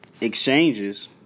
Exchanges